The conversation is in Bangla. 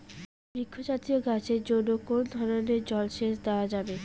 বৃক্ষ জাতীয় গাছের জন্য কোন ধরণের জল সেচ দেওয়া যাবে?